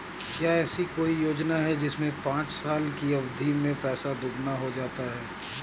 क्या ऐसी कोई योजना है जिसमें पाँच साल की अवधि में पैसा दोगुना हो जाता है?